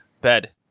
Bed